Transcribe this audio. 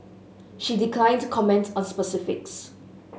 she declined to comment on specifics